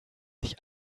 nicht